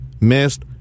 missed